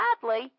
sadly